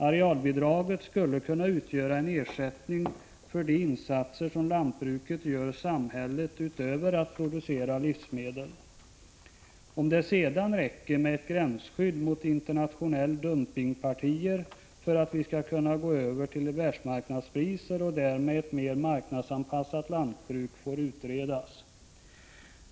Arealbidraget skulle kunna utgöra en ersättning för de insatser som lantbruket gör samhället utöver att producera livsmedel. Om det sedan räcker med ett gränsskydd mot internationella dumpningspartier för att vi skall kunna gå över till världsmarknadspriser och därmed ett mer marknadsanpassat lantbruk, får utredas.